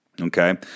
Okay